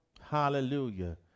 Hallelujah